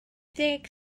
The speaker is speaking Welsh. deg